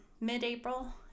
mid-April